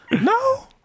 no